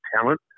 Talent